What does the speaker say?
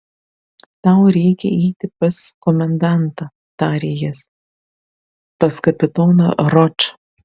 tau reikia eiti pas komendantą tarė jis pas kapitoną ročą